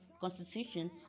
constitution